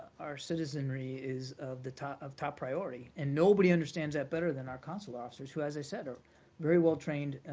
our citizenry is of the of top priority. and nobody understands that better than our consular officers, who, as ah said, are very well trained